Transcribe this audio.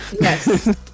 yes